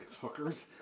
hookers